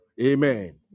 amen